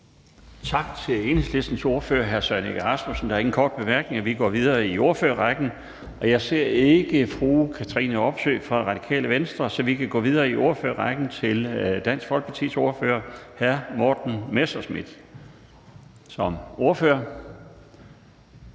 Tak til Enhedslistens ordfører, hr. Søren Egge Rasmussen. Der er ingen korte bemærkninger. Vi går videre i ordførerrækken, og jeg ser ikke fru Katrine Robsøe fra Radikale Venstre, så vi kan gå videre til Dansk Folkepartis ordfører, hr. Morten Messerschmidt.